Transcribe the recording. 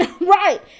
Right